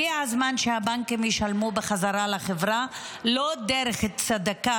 הגיע הזמן שהבנקים ישלמו בחזרה לחברה לא דרך צדקה